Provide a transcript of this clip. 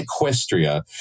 Equestria